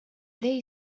they